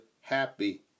happy